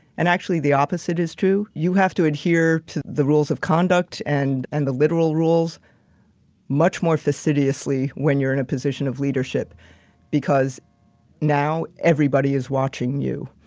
and actually, the opposite is true. you have to adhere to the rules of conduct and, and the literal rules much more fastidiously when you're in a position of leadership because now everybody is watching you.